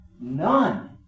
None